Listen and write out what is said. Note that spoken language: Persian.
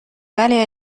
ولی